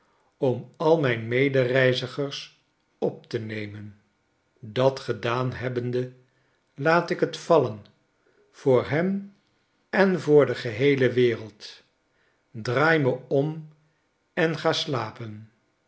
om a mijn medereizigers op te nemen dat gedaan hebbende laat ik het vallen voor hen en voor de geheele wereld draai me om en ga slapen